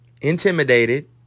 intimidated